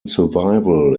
survival